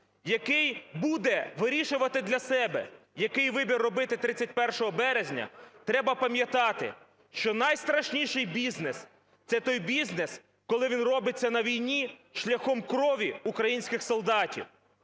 який буде вирішувати для себе, який вибір робити 31 березня, треба пам'ятати, що найстрашніший бізнес – це той бізнес, коли він робиться на війні шляхом крові українських солдатів.